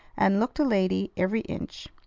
and looked a lady every inch.